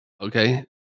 okay